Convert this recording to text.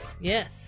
Yes